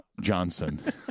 Johnson